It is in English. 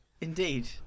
indeed